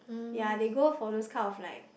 ya they go for those kind of like